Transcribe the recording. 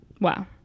Wow